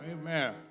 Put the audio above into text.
Amen